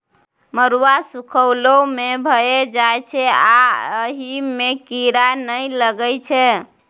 मरुआ सुखलो मे भए जाइ छै आ अहि मे कीरा नहि लगै छै